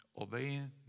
obeying